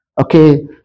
Okay